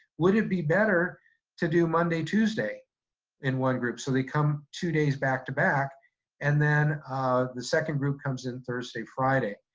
would it be better to do monday tuesday in one group. so they come two days back-to-back and then the second group comes in thursday friday.